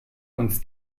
uns